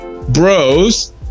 Bros